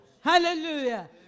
Hallelujah